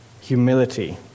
humility